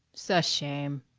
sa shame.